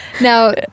Now